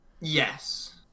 Yes